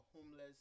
homeless